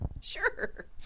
Sure